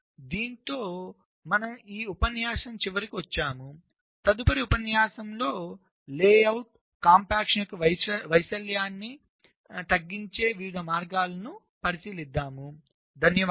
కాబట్టి దీనితో మనం ఈ ఉపన్యాసం చివరికి వచ్చాముతదుపరి ఉపన్యాసంలో లేఅవుట్ కాంప్లెక్షన్ యొక్క వైశాల్యాన్ని తగ్గించే వివిధ మార్గాలను పరిశీలిద్దాం